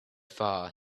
far